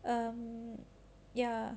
um ya